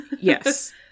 Yes